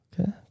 Okay